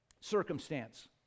circumstance